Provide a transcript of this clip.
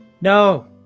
No